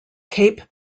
cape